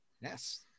Yes